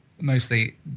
mostly